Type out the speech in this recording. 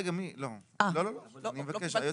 היועצת המשפטית,